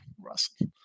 Russell